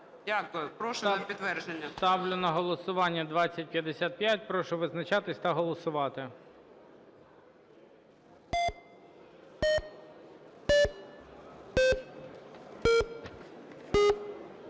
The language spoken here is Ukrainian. Дякую. Прошу на підтвердження. ГОЛОВУЮЧИЙ. Ставлю на голосування 2055. Прошу визначатись та голосувати.